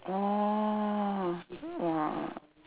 oh !wow!